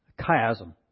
chiasm